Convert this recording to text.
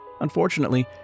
Unfortunately